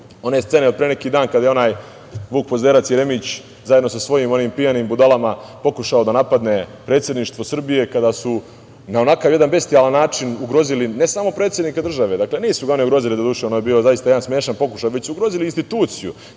one scene od pre neki dan, kada je onaj Vuk Pozderac Jeremić zajedno sa svojim onim pijanim budalama pokušao da napadne predsedništvo Srbije, kada su na onakav jedan bestijalan način ugrozili ne samo predsednika države, nisu ga oni ugrozili doduše, ono je bio zaista jedan smešan pokušaj, već su ugrozili instituciju,